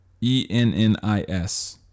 E-N-N-I-S